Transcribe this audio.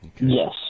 Yes